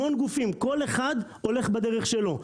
המון גופים, כל אחד הולך בדרך שלו.